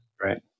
right